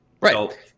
right